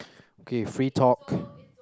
okay free talk